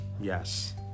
Yes